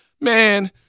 Man